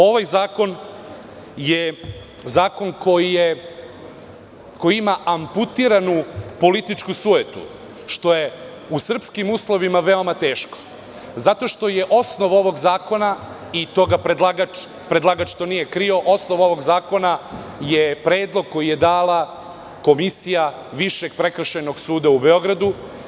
Ovaj zakon je zakon koji ima amputiranu političku sujetu, što je u srpskim uslovima veoma teško, zato što je osnov ovog zakona, i predlagač to nije krio, predlog koji je dala Komisija Višeg prekršajnog suda u Beogradu.